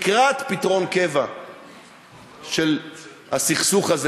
לקראת פתרון קבע של הסכסוך הזה,